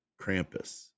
Krampus